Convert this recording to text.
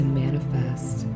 manifest